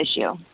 issue